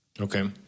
Okay